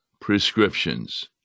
prescriptions